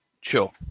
Sure